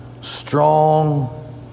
strong